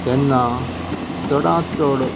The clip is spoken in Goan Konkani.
तेन्ना चडांत चड